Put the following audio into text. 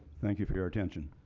thank you for your attention.